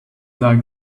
like